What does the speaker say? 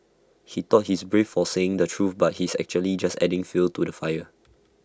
he thought he's brave for saying the truth but he's actually just adding fuel to the fire